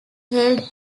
held